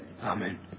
Amen